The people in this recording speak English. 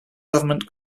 government